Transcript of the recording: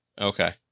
Okay